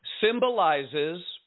symbolizes